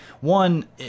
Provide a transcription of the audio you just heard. one